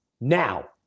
Now